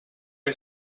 que